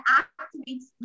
activates